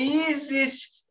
easiest